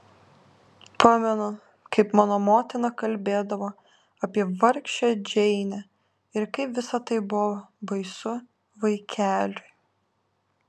pamenu kaip mano motina kalbėdavo apie vargšę džeinę ir kaip visa tai baisu vaikeliui